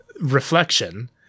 Reflection